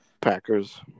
Packers